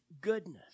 goodness